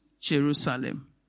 Jerusalem